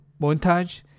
montage